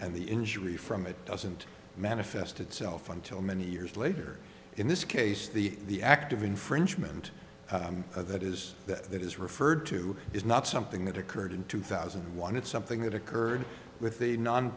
and the injury from it doesn't manifest itself until many years later in this case the act of infringement that is that that is referred to is not something that occurred in two thousand and one it's something that occurred with the non